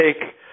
take